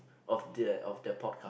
of the of the podcast